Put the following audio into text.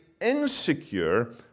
insecure